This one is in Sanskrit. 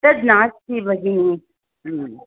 तद् नास्ति भगिनि